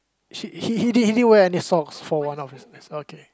she he he didn't wear any socks for one of his okay